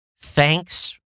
thanks